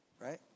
right